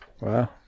Wow